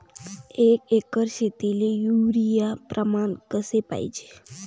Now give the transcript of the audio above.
एक एकर शेतीले युरिया प्रमान कसे पाहिजे?